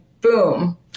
boom